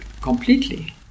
completely